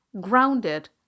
grounded